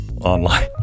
online